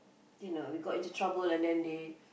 you know we got into trouble and then they